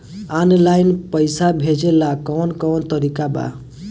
Online पइसा भेजेला कवन कवन तरीका बा?